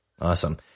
Awesome